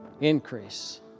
Increase